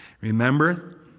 Remember